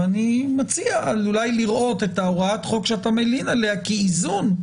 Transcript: ואני מציע אולי לראות את הוראת החוק שאתה מלין עליה כאיזון.